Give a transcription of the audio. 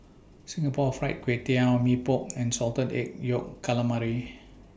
Singapore Fried Kway Tiao Mee Pok and Salted Egg Yolk Calamari